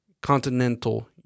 continental